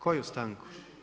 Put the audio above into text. Koju stanku?